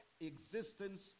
existence